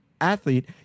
athlete